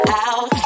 out